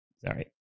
Sorry